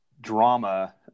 drama